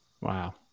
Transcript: Wow